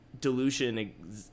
dilution